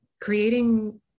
creating